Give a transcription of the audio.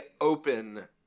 open